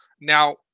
Now